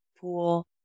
pool